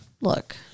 look